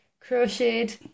crocheted